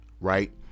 right